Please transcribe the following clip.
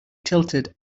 tilted